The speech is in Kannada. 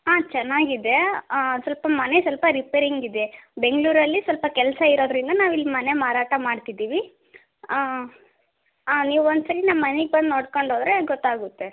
ಹಾಂ ಚೆನ್ನಾಗಿದೆ ಸ್ವಲ್ಪ ಮನೆ ಸ್ವಲ್ಪ ರಿಪೇರಿಂಗ್ ಇದೆ ಬೆಂಗಳೂರಲ್ಲಿ ಸ್ವಲ್ಪ ಕೆಲಸ ಇರೋದರಿಂದ ನಾವು ಇಲ್ಲಿ ಮನೆ ಮಾರಾಟ ಮಾಡ್ತಿದ್ದೀವಿ ಹಾಂ ನೀವು ಒಂದ್ಸಲ ನಮ್ಮ ಮನೆಗೆ ಬಂದು ನೋಡ್ಕೊಂಡು ಹೋದ್ರೆ ಗೊತ್ತಾಗುತ್ತೆ